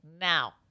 now